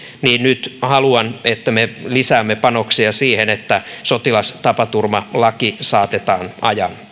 haluan että me lisäämme panoksia siihen että sotilastapaturmalaki saatetaan ajan